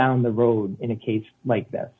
down the road in a case like that